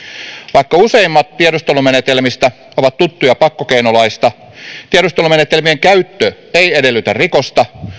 vaikka useimmat tiedustelumenetelmistä ovat tuttuja pakkokeinolaista tiedustelumenetelmien käyttö ei edellytä rikosta